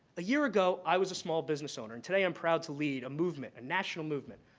a year ago, i was a small business owner and today i'm proud to lead a movement, a national movement,